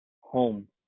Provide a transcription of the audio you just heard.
home